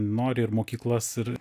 nori ir mokyklas ir